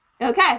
Okay